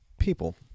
people